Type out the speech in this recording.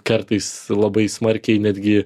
kartais labai smarkiai netgi